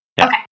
Okay